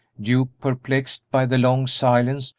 duke, perplexed by the long silence,